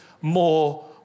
more